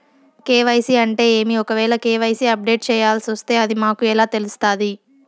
KYC అంటే ఏమి? ఒకవేల కె.వై.సి అప్డేట్ చేయాల్సొస్తే అది మాకు ఎలా తెలుస్తాది?